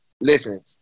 Listen